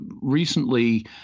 Recently